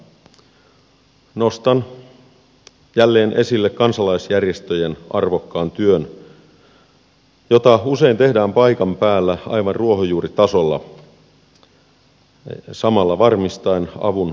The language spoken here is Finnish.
nostan jälleen esille kansalaisjärjestöjen arvokkaan työn jota usein tehdään paikan päällä aivan ruohonjuuritasolla samalla varmistaen avun perillemeno